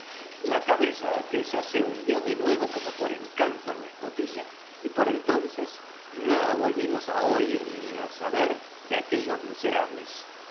la cabeza aquella se hundió de nuevo como por encanto en la escotilla y por entonces nada volvimos á oir ni á saber de aquellos miserables